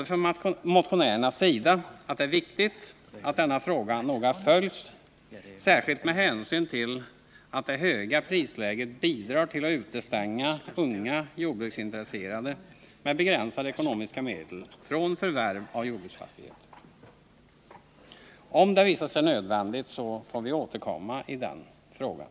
Från motionärernas sida vidhåller vi att det är viktigt att denna fråga noga följs, särskilt med hänsyn till att det höga prisläget Nr 128 bidrar till att utestänga unga jordbruksintresserade med begränsade ekono Onsdagen den miska medel från förvärv av jordbruksfastigheter. Om det visar sig 23 april 1980 nödvändigt återkommer vi i denna fråga.